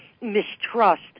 mistrust